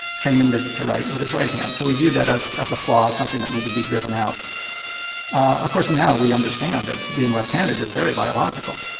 trained him to to write with his right hand. so we viewed that as as a flaw, something that need to be driven out of course, now we understand that being left-handed is very biological.